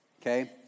okay